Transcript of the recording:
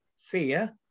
fear